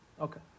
Okay